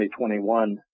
2021